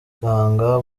muganga